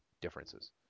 differences